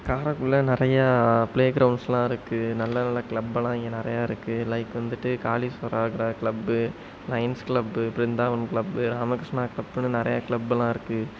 காரைக்குடியில் நிறையா பிளே கிரவுண்ட்ஸ்லாம் இருக்கு நல்ல நல்ல கிளப்பெல்லாம் இங்கே நிறையா இருக்கு லைக் வந்துவிட்டு Kaliswara club Lions club Brindavan club Ramakrishna கிளப்புன்னு நிறையா கிளப்பெல்லாம் இருக்கு